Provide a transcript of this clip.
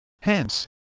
Hence